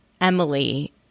Emily